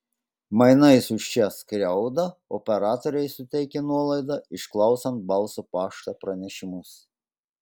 mainais už šią skriaudą operatoriai suteikė nuolaidą išklausant balso pašto pranešimus